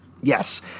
Yes